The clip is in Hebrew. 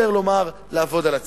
מצטער לומר, לעבוד על הציבור.